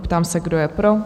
Ptám se, kdo je pro?